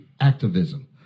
activism